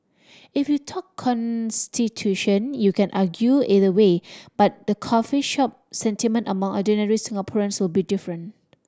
if you talk constitution you can argue either way but the coffee shop sentiment among ordinary Singaporeans will be different